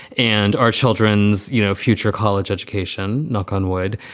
and our children's you know future. college education. knock on wood.